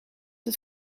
het